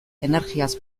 energiaz